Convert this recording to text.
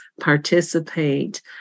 participate